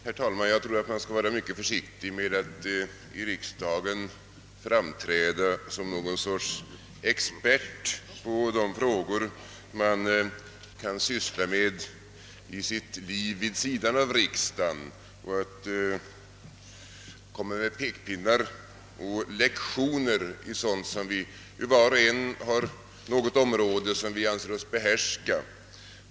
Herr talman! Man bör nog vara försiktig med att här i riksdagen framträda som expert på de frågor man sysslar med i sitt dagliga liv vid sidan av riksdagen, alltså att använda pekpinnar och hålla lektioner om sådant som vi var och en på sitt område anser oss benärska.